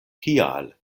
kial